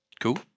Cool